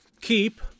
keep